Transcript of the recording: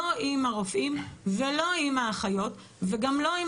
לא עם הרופאים ולא עם האחיות וגם לא עם